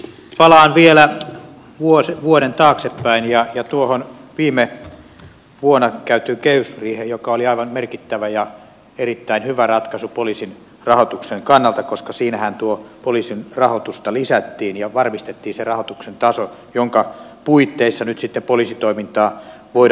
palaan vielä vuoden taaksepäin ja tuohon viime vuonna käytyyn kehysriiheen joka oli aivan merkittävä ja erittäin hyvä ratkaisu poliisin rahoituksen kannalta koska siinähän tuota poliisin rahoitusta lisättiin ja varmistettiin se rahoituksen taso jonka puitteissa nyt sitten poliisitoimintaa voidaan kehittää